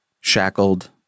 shackled